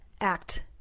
act